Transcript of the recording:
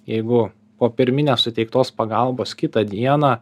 jeigu po pirminės suteiktos pagalbos kitą dieną